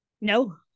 No